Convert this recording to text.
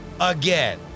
Again